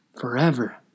forever